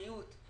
בריאות,